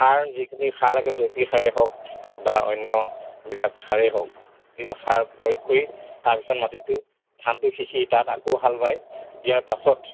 সাৰ যিখিনি সাৰ লাগে জৈৱিক সাৰেই হওক বা অন্যবিলাক সাৰেই হওক সেই সাৰ প্ৰয়োগ কৰি তাৰপিছত মাটিটো ধানটো সিঁচি তাত আকৌ হাল বাই দিয়াৰ পাছত